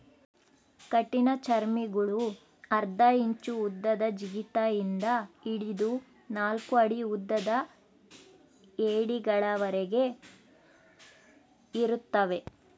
ಕಠಿಣಚರ್ಮಿಗುಳು ಅರ್ಧ ಇಂಚು ಉದ್ದದ ಜಿಗಿತ ಇಂದ ಹಿಡಿದು ನಾಲ್ಕು ಅಡಿ ಉದ್ದದ ಏಡಿಗಳವರೆಗೆ ಇರುತ್ತವೆ